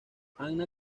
anna